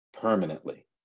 permanently